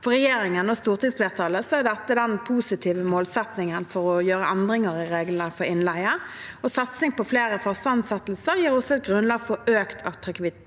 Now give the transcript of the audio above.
For regjeringen og stortingsflertallet er dette den positive målsettingen med å gjøre endringer i reglene for innleie. Satsing på flere faste ansettelser gir også et grunnlag for økt attraktivitet